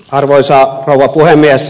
arvoisa rouva puhemies